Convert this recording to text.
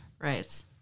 Right